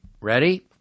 Ready